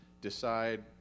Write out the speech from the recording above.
decide